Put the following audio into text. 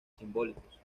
simbólicos